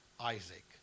Isaac